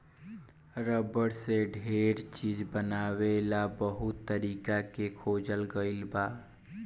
rubber से ढेर चीज बनावे ला बहुते तरीका के खोजल गईल बा